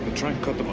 but try and cut